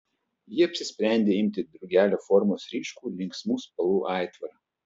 ji apsisprendė imti drugelio formos ryškų linksmų spalvų aitvarą